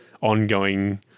ongoing